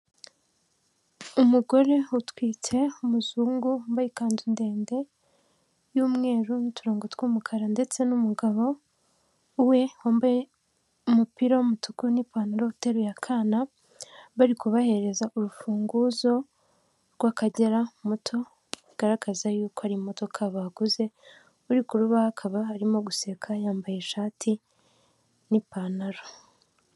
Umugore utwite, umuzungu wambaye ikanzu ndende y'umweru n'uturongo tw'umukara ndetse n'umugabo we wambaye umupira w'umutuku n'ipantaro uteruye akana, bari kubahereza urufunguzo rw'akagera moto, bigaragaza yuko ari imodoka baguze, uri ku rubaha akaba arimo guseka yambaye ishati n'ipantaro.